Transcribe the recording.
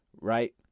Right